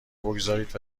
بگذارید